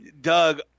Doug